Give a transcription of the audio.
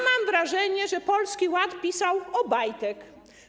Mam wrażenie, że Polski Ład pisał Obajtek.